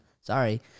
Sorry